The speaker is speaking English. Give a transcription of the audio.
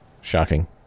Shocking